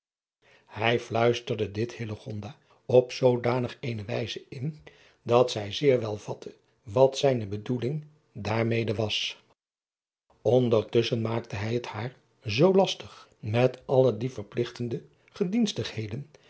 ij fluisterde dit op zoodanig eene wijze in dat zij zeer wel vatte wat zijne bedoeling daarmede was ndertus driaan oosjes zn et leven van illegonda uisman schen maakte hij het haar zoo lastig met alle die verpligtende